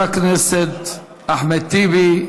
חבר הכנסת אחמד טיבי.